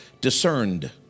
discerned